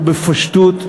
בפשטות,